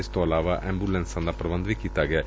ਇਸ ਤੋਂ ਇਲਾਵਾ ਐਮਬੁਲੈਂਸਾਂ ਦਾ ਪ੍ਰਬੰਧ ਵੀ ਕੀਤਾ ਗਿਐ